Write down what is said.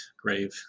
grave